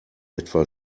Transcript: etwa